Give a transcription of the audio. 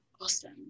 awesome